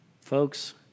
Folks